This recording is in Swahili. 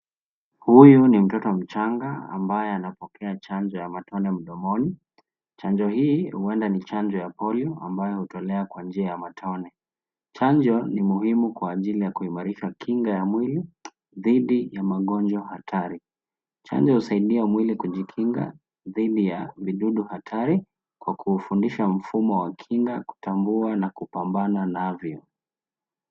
Huyu ni mtoto mchanga ambaye anapokea chanjo ya matone mdomoni chanjo hii huenda ni chanjo ya polio ambayo hutolewa kwa njia ya matone ,chanjo ni muhimu kwa ajili ya kuimarisha kinga ya mwili dhidi ya magonjwa hatari, chanjo husaidia mwili kujikinga dhidi ya vidudu hatari kwa kufundisha mfumo wa kinga kutambua na kupambana navyo.